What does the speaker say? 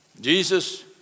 Jesus